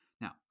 Now